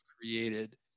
created